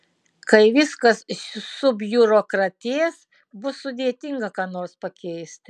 kai viskas subiurokratės bus sudėtinga ką nors pakeisti